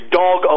dog